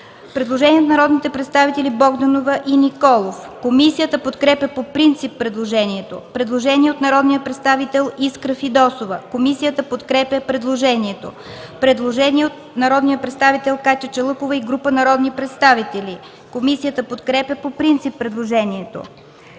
Предложение от народните представители Богданова и Николов. Комисията подкрепя по принцип предложението. Предложение от народния представител Искра Фидосова. Комисията подкрепя предложението. Предложение от народния представител Катя Чалъкова и група народни представители. Комисията подкрепя по принцип предложението.